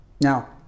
Now